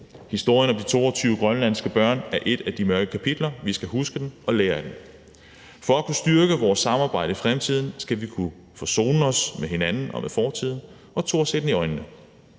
Historien om de 22 grønlandske børn er et af de mørke kapitler, som vi skal huske og lære af. For at kunne styrke vores samarbejde i fremtiden skal vi kunne forsone os med hinanden og fortiden og turde se den i øjnene.